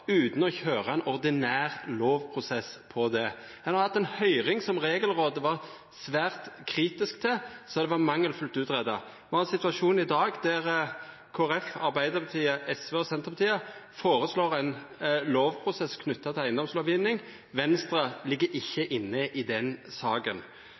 utan å køyra ein ordinær lovprosess på det. Me har hatt ei høyring som Regelrådet var svært kritisk til, for dei sa at forslaga var mangelfullt utgreidde. Me har ein situasjon i dag der Kristeleg Folkeparti, Arbeidarpartiet, SV og Senterpartiet føreslår ein lovprosess knytt til eigedomslovgjeving. Venstre ligg